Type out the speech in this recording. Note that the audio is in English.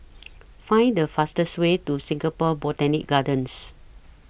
Find The fastest Way to Singapore Botanic Gardens